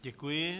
Děkuji.